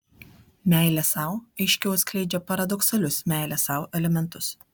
meilė sau aiškiau atskleidžia paradoksalius meilės sau elementus